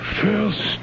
First